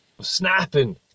snapping